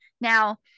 Now